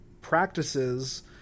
practices